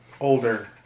older